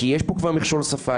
כי יש פה כבר מכשול שווה,